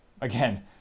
again